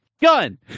gun